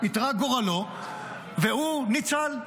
והוא ניצל,